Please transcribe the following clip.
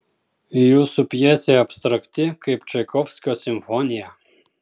jūsų pjesė abstrakti kaip čaikovskio simfonija